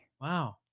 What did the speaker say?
Wow